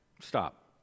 Stop